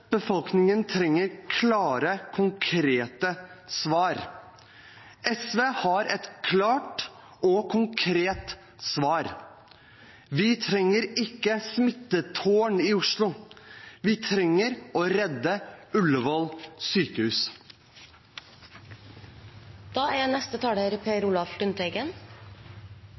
Befolkningen trenger klare, konkrete svar. SV har et klart og konkret svar. Vi trenger ikke smittetårn i Oslo. Vi trenger å redde Ullevål sykehus.